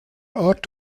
ort